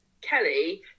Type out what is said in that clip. Kelly